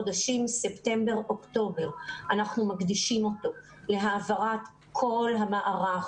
את החודשים ספטמבר-אוקטובר אנחנו נקדיש להעברת כל המערך,